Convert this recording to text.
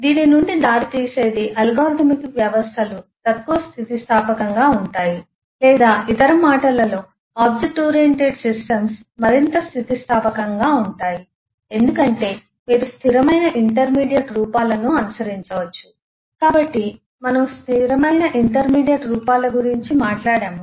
దీని నుండి దారితీసేది అల్గోరిథమిక్ వ్యవస్థలు తక్కువ స్థితిస్థాపకంగా ఉంటాయి లేదా ఇతర మాటలలో ఆబ్జెక్ట్ ఓరియెంటెడ్ సిస్టమ్స్ మరింత స్థితిస్థాపకంగా ఉంటాయి ఎందుకంటే మీరు స్థిరమైన ఇంటర్మీడియట్ రూపాలను అనుసరించవచ్చు కాబట్టి మనము స్థిరమైన ఇంటర్మీడియట్ రూపాల గురించి మాట్లాడాము